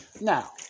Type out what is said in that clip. Now